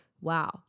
wow